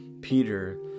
Peter